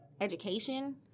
education